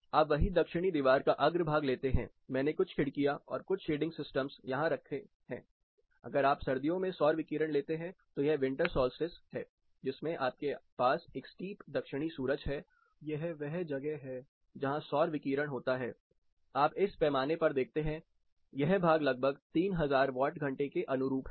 आप वही दक्षिणी दीवार का अग्रभाग लेते हैं मैंने कुछ खिड़कियां और कुछ शेडिंग सिस्टमस यहां रखे हैं अगर आप सर्दियों में सौर विकिरण लेते हैं तो यह विंटर सोल्स्टिस है जिसमें आपके पास एक स्टीप दक्षिणी सूरज है यह वह जगह है जहां सौर विकिरण होता है आप इस पैमाने पर देखते हैं यह भाग लगभग 3000 वाट घंटे के अनुरूप है